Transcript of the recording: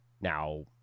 Now